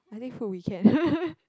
I think food we can